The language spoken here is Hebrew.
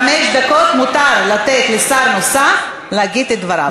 חמש דקות מותר לתת לשר נוסף להגיד את דבריו.